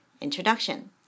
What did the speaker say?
Introduction